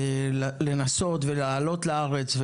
לנסות ולעלות לארץ,